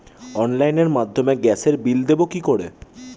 অনলাইনের মাধ্যমে গ্যাসের বিল দেবো কি করে?